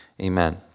Amen